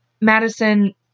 Madison